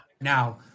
now